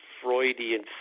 freudian